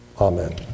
Amen